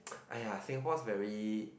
aiyah Singapore's very